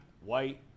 white